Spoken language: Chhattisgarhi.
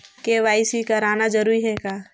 के.वाई.सी कराना जरूरी है का?